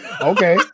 Okay